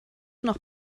noch